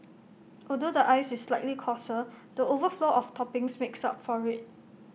although the ice is slightly coarser the overflow of toppings makes up for IT